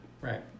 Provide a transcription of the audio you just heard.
Right